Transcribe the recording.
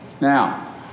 Now